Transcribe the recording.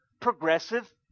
progressive